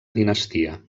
dinastia